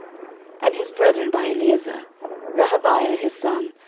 and his brethren by eliezer rehabiah his son,